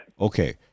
Okay